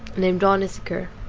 named don issachar,